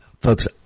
Folks